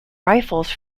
rifles